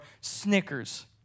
Snickers